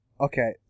Okay